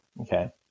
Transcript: okay